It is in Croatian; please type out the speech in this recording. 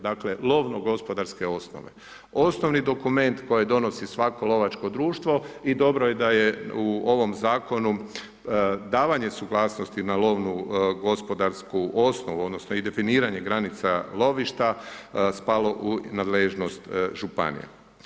Dakle, lovno gospodarske osnove, osnovni dokument koje donosi svako lovačko društvo i dobro je da je u ovom zakonu davanje suglasnost na lovnu gospodarsku osnovu odnosno i definiranje granica lovišta, spalo u nadležnost županije.